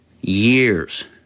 years